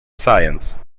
science